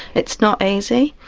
it's not easy.